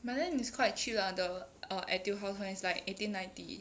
but then is quite cheap lah the err Etude House [one] is like eighteen ninety